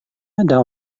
ada